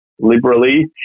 liberally